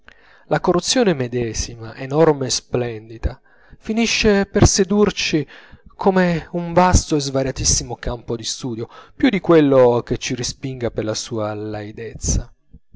la corruzione medesima enorme e splendida finisce per sedurci come un vasto e svariatissimo campo di studio più di quello che ci respinga per la sua